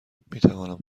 میتوانم